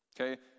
okay